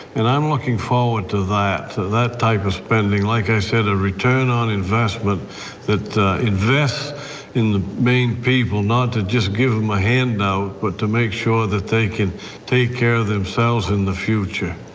and i'm looking forward to that that type of spending like i said the return on investment that invest in the maine people not to just give um a handout, but to make sure that they can take care of themselves in the future.